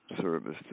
service